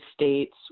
States